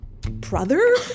brother